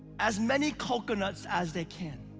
as many coconuts as they can.